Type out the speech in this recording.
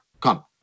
come